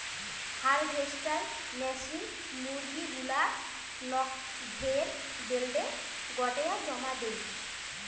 harvester machine মুরগী গুলাক conveyor বেল্টে গোটেয়া জমা দেই